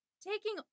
taking